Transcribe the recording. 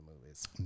movies